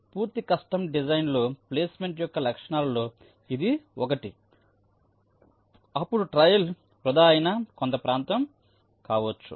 కాబట్టి పూర్తి కస్టమ్ డిజైన్లో ప్లేస్మెంట్ యొక్క లక్షణాలలో ఇది ఒకటి అప్పుడు ట్రయల్ వృధా అయిన కొంత ప్రాంతం కావచ్చు